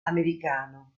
americano